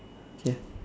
okay